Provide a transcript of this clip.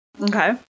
Okay